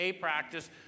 practice